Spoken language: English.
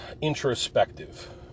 introspective